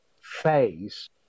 phase